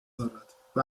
دارد، به